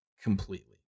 completely